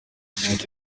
kintu